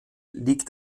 liegt